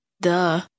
Duh